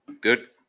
good